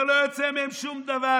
אומר לו: לא יוצא מהם שום דבר,